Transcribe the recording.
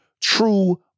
true